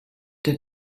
der